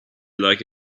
like